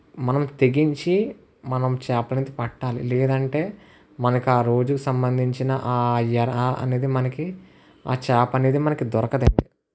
మనం తెగించి మనం చేప అయితే పట్టాలి లేదంటే మనకారోజు సంబంధించిన ఆ ఎర ఆ అనేది మనకి ఆ చేప అనేది మనకి దొరకదండి